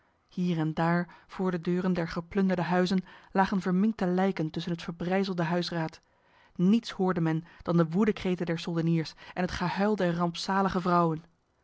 hier en daar voor de deuren der geplunderde huizen lagen verminkte lijken tussen het verbrijzelde huisraad niets hoorde men dan de woedekreten der soldeniers en het gehuil der rampzalige vrouwen